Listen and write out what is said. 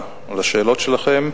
על השאלות שלכם.